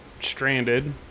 stranded